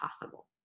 possible